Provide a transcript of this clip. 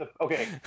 Okay